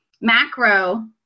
macro